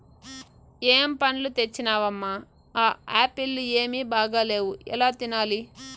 ఏం పండ్లు తెచ్చినవమ్మ, ఆ ఆప్పీల్లు ఏమీ బాగాలేవు ఎలా తినాలి